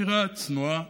דירה צנועה